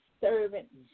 servant